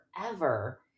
forever